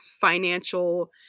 financial